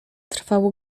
trwało